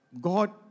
God